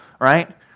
right